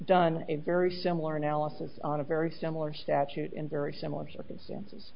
done a very similar analysis on a very similar statute in very similar circumstances